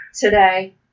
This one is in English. Today